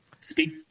speak